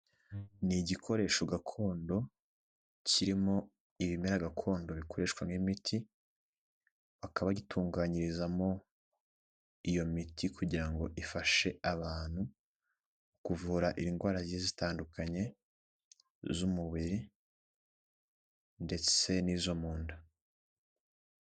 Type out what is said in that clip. Ni igikoresho gakondo kirimo ibimera gakondo bikoreshwa nk'imiti bakaba bagitunganyirizamo iyo miti kugira ngo ifashe abantu kuvura indwara zigiye zitandukanye z'umubiri ndetse n'izo mu nda.